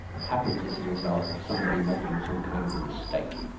happens as the result of somebody making some kind of a mistake.